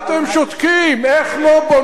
איך לא בונים בירושלים?